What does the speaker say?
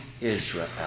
Israel